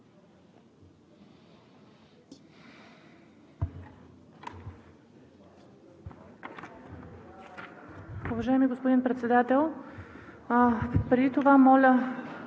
Уважаеми господин Председател, преди това моля